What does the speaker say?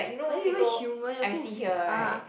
are you even human you are so weird (uh huh)